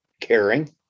caring